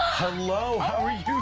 hello. how are you